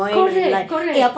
correct correct